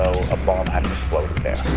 a bomb had exploded there.